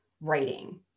writing